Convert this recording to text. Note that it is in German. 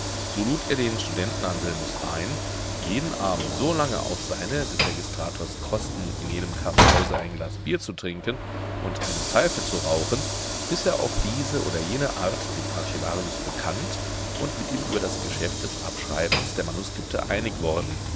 so lud er den studenten anselmus ein jeden abend so lange auf seine des registrators kosten in jenem kaffeehause ein glas bier zu trinken und eine pfeife zu rauchen bis er auf diese oder jene art dem archivarius bekannt und mit ihm über das geschäft des abschreibens der manuskripte einig worden